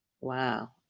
Wow